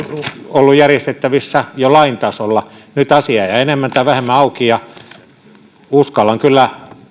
ollut järjestettävissä jo lain tasolla nyt asia jäi enemmän tai vähemmän auki uskallan kyllä